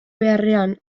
beharrean